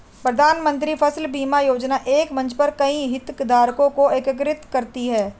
प्रधानमंत्री फसल बीमा योजना एक मंच पर कई हितधारकों को एकीकृत करती है